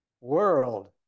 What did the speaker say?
world